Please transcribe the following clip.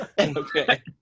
Okay